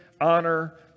honor